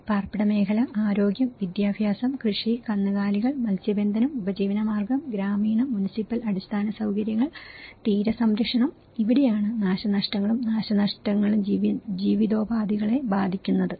പാർപ്പിട മേഖല ആരോഗ്യം വിദ്യാഭ്യാസം കൃഷി കന്നുകാലികൾ മത്സ്യബന്ധനം ഉപജീവനമാർഗം ഗ്രാമീണ മുനിസിപ്പൽ അടിസ്ഥാന സൌകര്യങ്ങൾ തീരസംരക്ഷണം ഇവിടെയാണ് നാശനഷ്ടങ്ങളും നഷ്ടങ്ങളും ജീവിതോപാധികളെ ബാധിക്കുന്നതും